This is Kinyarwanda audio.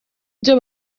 byo